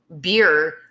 beer